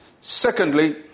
Secondly